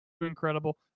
incredible